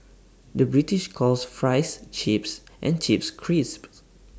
the British calls Fries Chips and Chips Crisps